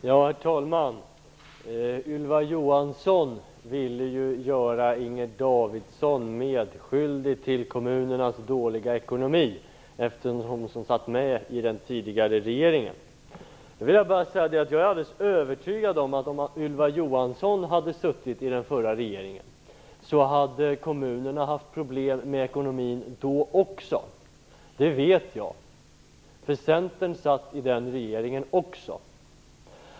Herr talman! Ylva Johansson ville göra Inger Davidson medskyldig till kommunernas dåliga ekonomi, eftersom hon satt med i den tidigare regeringen. Jag vill bara säga att jag är helt övertygad om att kommunerna hade haft problem med ekonomin också om Ylva Johansson hade suttit i den förra regeringen. Det vet jag, därför att Centern satt också i den regeringen.